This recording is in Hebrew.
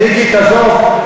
מיקי, תעזוב.